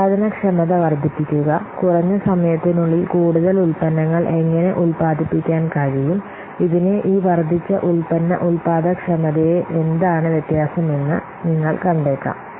ഉൽപാദനക്ഷമത വർദ്ധിപ്പിക്കുക കുറഞ്ഞ സമയത്തിനുള്ളിൽ കൂടുതൽ ഉൽപ്പന്നങ്ങൾ എങ്ങനെ ഉൽപാദിപ്പിക്കാൻ കഴിയും ഇതിനെ ഈ വർദ്ധിച്ച ഉൽപ്പന്ന ഉൽപാദനക്ഷമതയെന്താണ് വ്യത്യസ്തമെന്ന് നിങ്ങൾ കണ്ടേക്കാം